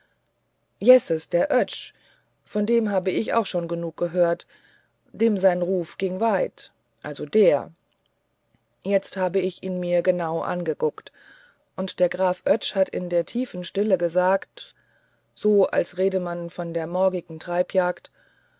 jesses der oetsch von dem hatte ich auch schon genug gehört dem sein ruf ging weit also der jetzt habe ich ihn mir genau angeguckt und der graf oetsch hat in der tiefen stille gesagt so als redete man von der morgigen treibjagd